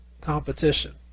competition